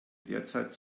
derzeit